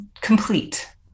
complete